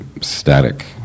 static